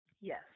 Yes